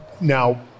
Now